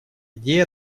идеи